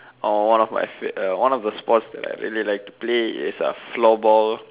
orh one of the sport that I really like to play is floorball